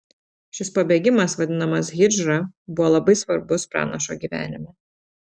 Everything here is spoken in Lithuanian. šis pabėgimas vadinamas hidžra buvo labai svarbus pranašo gyvenime